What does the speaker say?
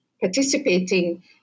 participating